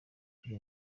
turi